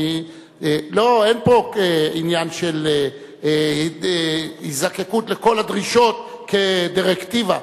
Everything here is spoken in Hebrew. אין פה עניין של היזקקות לכל הדרישות כדירקטיבה,